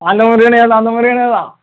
அந்த முருகனேதான் அந்த முருகனேதான்